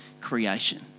creation